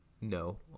No